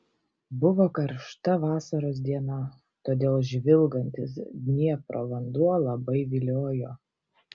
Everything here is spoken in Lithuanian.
buvo karšta vasaros diena todėl žvilgantis dniepro vanduo labai viliojo